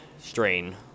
strain